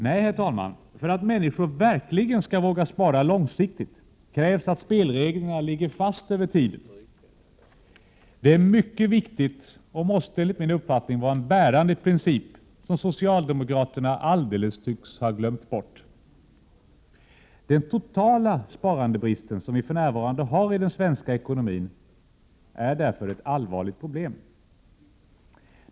Nej, herr talman, för att människor verkligen skall våga spara långsiktigt krävs att spelreglerna ligger fast över tiden. Detta är mycket viktigt och måste enligt min uppfattning vara en bärande princip, vilket socialdemokraterna tycks ha alldeles glömt bort. Den totala brist på sparande som vi för närvarande har i den svenska ekonomin är därför ett allvarligt problem.